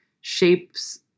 shapes